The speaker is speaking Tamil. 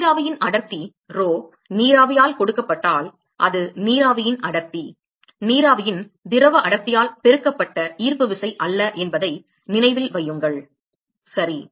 நீராவியின் அடர்த்தி rho நீராவியால் கொடுக்கப்பட்டால் அது நீராவியின் அடர்த்தி நீராவியின் திரவ அடர்த்தியால் பெருக்கப்பட்ட ஈர்ப்பு விசை அல்ல என்பதை நினைவில் வையுங்கள் சரி